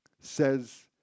says